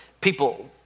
people